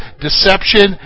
Deception